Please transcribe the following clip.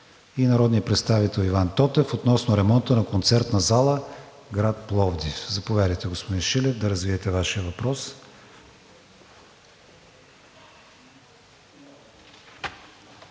народния представител Иван Тотев относно ремонта на Концертна зала – град Пловдив. Заповядайте, господин Шилев, да развиете Вашия въпрос.